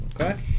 Okay